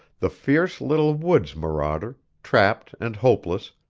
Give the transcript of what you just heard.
the fierce little woods marauder, trapped and hopeless,